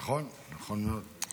נכון, נכון מאוד.